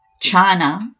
china